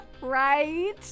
right